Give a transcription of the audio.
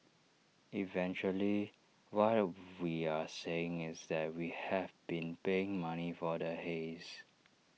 eventually what we are saying is that we have been paying money for the haze